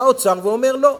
בא האוצר ואומר: לא,